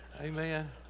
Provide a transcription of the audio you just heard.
amen